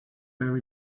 where